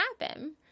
happen